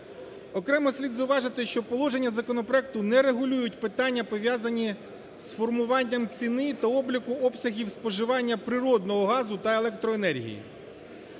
Окремо слід зауважити, що положення законопроекту не регулюють питання пов'язанні з формуванням ціни та обліку обсягів споживання природного газу та електроенергії.